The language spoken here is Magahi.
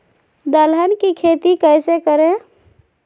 दलहन की खेती कैसे करें?